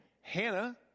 Hannah